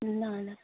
ल ल